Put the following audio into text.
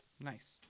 Nice